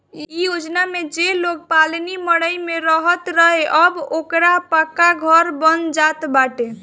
इ योजना में जे लोग पलानी मड़इ में रहत रहे अब ओकरो पक्का घर बन जात बाटे